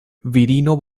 virino